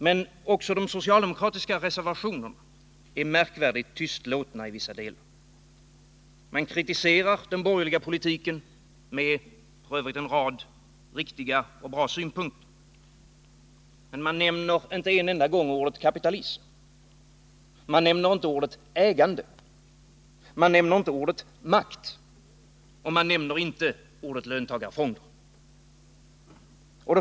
Men också de socialdemokratiska reservationerna är i vissa delar märkvärdigt tystlåtna. Socialdemokraterna kritiserar den borgerliga politiken —f. ö. med en rad riktiga och bra synpunkter. Men man nämner inte en enda gång ordet kapitalism. Man nämner inte heller orden ägande, makt eller löntagarfonder.